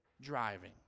driving